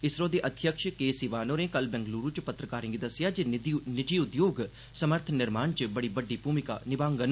इसरो दे अध्यक्ष के सिवान होरें कल बंगलुरू च पत्रकारें गी दस्सेआ जे निजी उद्योग समर्थ निर्माण च बड्डी भूमिका निभाडन